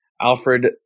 Alfred